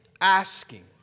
asking